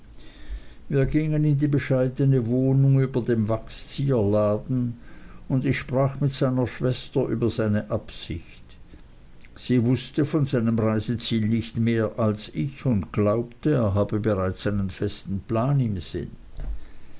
wir gingen in die bescheidne wohnung über dem wachszieherladen und ich sprach mit seiner schwester über seine absicht sie wußte von seinem reiseziel nicht mehr als ich und glaubte er habe bereits einen festen plan im sinn